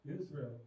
Israel